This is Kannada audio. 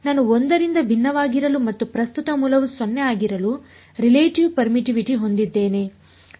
ನಾನು 1 ರಿಂದ ಭಿನ್ನವಾಗಿರಲು ಮತ್ತು ಪ್ರಸ್ತುತ ಮೂಲವು 0 ಆಗಿರಲು ರಿಲೇಟಿವ್ ಪೇರ್ಮಿಟ್ಟಿವಿಟಿ ಹೊಂದಿದ್ದೇನೆ ಸರಿ